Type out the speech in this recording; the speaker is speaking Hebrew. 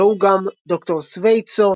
ראו גם ד"ר סבייטסו